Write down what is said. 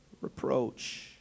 reproach